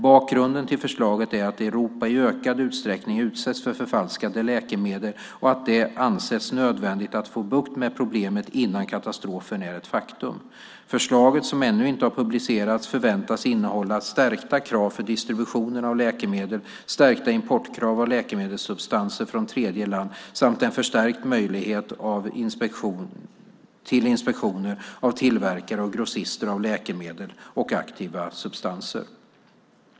Bakgrunden till förslaget är att Europa i ökad utsträckning utsätts för förfalskade läkemedel och att det ansetts nödvändigt att få bukt med problemet innan katastrofen är ett faktum. Förslaget, som ännu inte har publicerats, förväntas innehålla stärkta krav för distributionen av läkemedel, stärkta importkrav för läkemedelssubstanser från tredje land samt en förstärkt möjlighet till inspektioner av tillverkare och grossister av läkemedel och aktiva substanser.